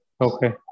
Okay